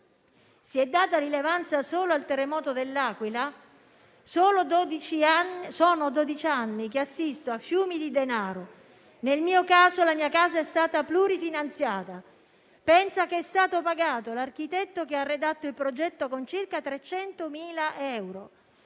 si è data rilevanza solo al terremoto dell'Aquila? Sono dodici anni che assisto a fiumi di denaro. Nel mio caso la mia casa è stata plurifinanziata; pensi che è stato pagato l'architetto che ha redatto il progetto con circa 300.000 euro,